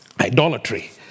idolatry